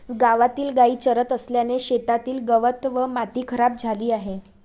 गावातील गायी चरत असल्याने शेतातील गवत व माती खराब झाली आहे